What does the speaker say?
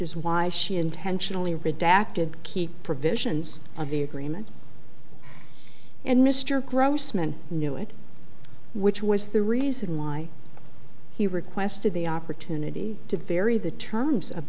is why she intentionally redacted key provisions of the agreement and mr grossman knew it which was the reason why he requested the opportunity to bury the terms of